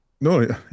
No